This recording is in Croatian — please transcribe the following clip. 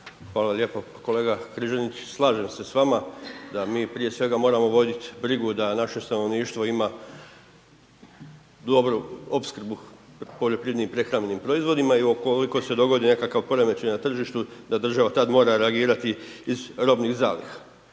Hvala lijepo kolega Križanić, slažem se s vama da mi prije svega moramo vodit brigu da naše stanovništvo ima dobru opskrbu poljoprivrednim prehrambenim proizvodima i ukoliko se dogodi nekakav poremećaj na tržištu da država tad mora reagirati iz robnih zaliha.